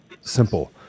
simple